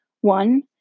One